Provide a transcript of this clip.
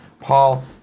Paul